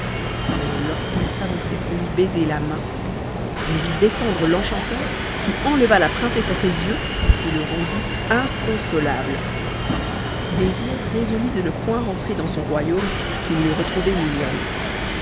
mais lorsqu'il s'avançait pour lui baiser la main on vit descendre l'enchanteur qui enleva la princesse à ses yeux et le rendit inconsolable désir résolut de ne point rentrer dans son royaume qu'il n'eût retrouvé mignonne